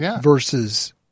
versus